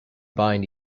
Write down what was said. bind